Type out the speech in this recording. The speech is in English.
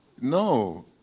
No